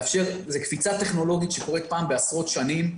זו קפיצה טכנולוגית שמתרחשת פעם בעשרות שנים,